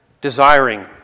desiring